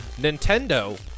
Nintendo